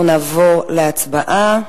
אנחנו נעבור להצבעה.